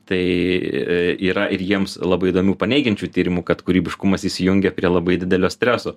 tai yra ir jiems labai įdomių paneigiančių tyrimų kad kūrybiškumas įsijungia prie labai didelio streso